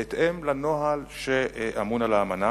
בהתאם לנוהל, שאמון על האמנה.